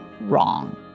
wrong